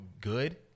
good